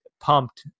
pumped